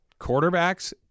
quarterbacks